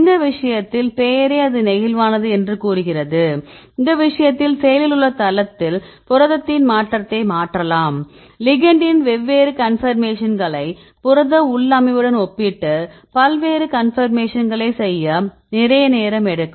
இந்த விஷயத்தில் பெயரே இது நெகிழ்வானது என்று கூறுகிறது இந்த விஷயத்தில் செயலில் உள்ள தளத்தில் புரதத்தின் மாற்றத்தை மாற்றலாம் லிகெண்டின் வெவ்வேறு கன்பர்மேஷன்களை புரத உள்ளமைவுடன் ஒப்பிட்டு பல்வேறு கன்பர்மேஷன்களை செய்ய நிறைய நேரம் எடுக்கும்